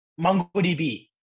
MongoDB